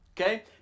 okay